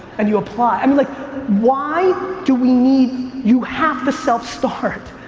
and you apply. um like why do we need. you have to self-start.